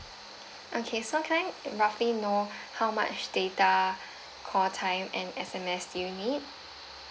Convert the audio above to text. okay so can I roughly know how much data call time and S_M_S do you need